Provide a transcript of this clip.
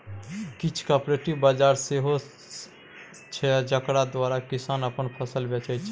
किछ कॉपरेटिव बजार सेहो छै जकरा द्वारा किसान अपन फसिल बेचै छै